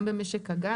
גם במשק הגז.